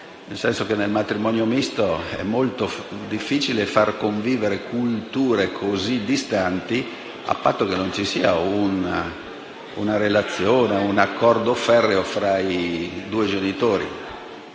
nel senso che nel matrimonio misto è molto difficile far convivere culture davvero distanti, a patto che non vi sia un accordo ferreo tra i due genitori.